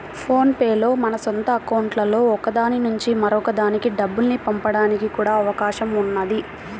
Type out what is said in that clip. phone pay లో మన సొంత అకౌంట్లలో ఒక దాని నుంచి మరొక దానికి డబ్బుల్ని పంపడానికి కూడా అవకాశం ఉన్నది